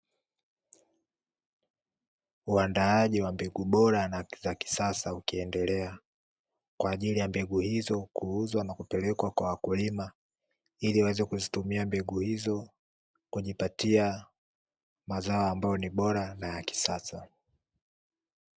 Uandaaji wa mbegu bora na za kisasa ukiendelea, kwaajili ya mbegu hizo kuuzwa na kupelekwa kwa wakulima ili waweze kuzitumia mbegu hizo kujipatia mazao ambayo ni bora na ya kisasa.